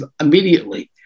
immediately